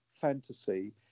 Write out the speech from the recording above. fantasy